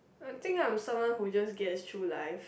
I think I'm someone who just get through life